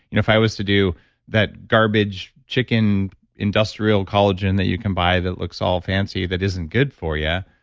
if i was to do that garbage chicken industrial collagen that you can buy that looks all fancy that isn't good for yeah